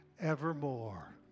evermore